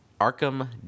Arkham